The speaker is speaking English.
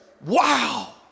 Wow